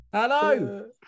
Hello